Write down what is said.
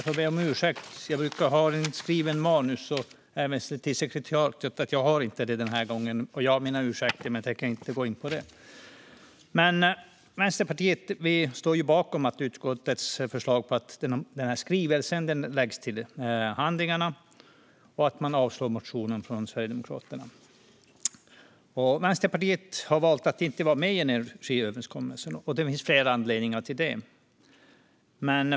Fru talman! Vänsterpartiet står bakom utskottets förslag att riksdagen lägger skrivelsen till handlingarna och avslår den motion som väckts av Sverigedemokraterna. Vänsterpartiet har valt att inte vara med i energiöverenskommelsen, och det finns flera anledningar till det.